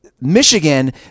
Michigan